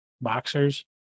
boxers